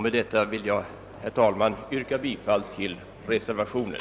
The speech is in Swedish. Med detta vill jag, herr talman, yrka bifall till reservationen.